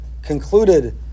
concluded